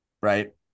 right